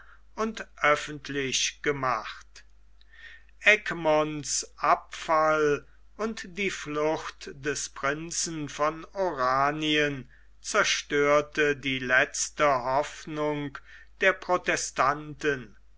und öffentlich gemacht egmonts abfall und die flucht des prinzen von oranien zerstörte die letzte hoffnung der protestanten